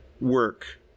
work